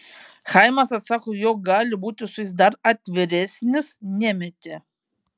chaimas atsako jog gali būti su jais dar atviresnis nemetė